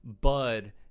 Bud